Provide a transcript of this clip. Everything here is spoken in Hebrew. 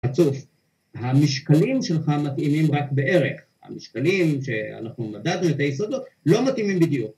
רצוף, המשקלים שלך מתאימים רק בערך, המשקלים שאנחנו מדדנו את היסודות לא מתאימים בדיוק